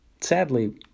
Sadly